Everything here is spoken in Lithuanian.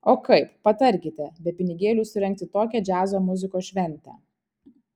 o kaip patarkite be pinigėlių surengti tokią džiazo muzikos šventę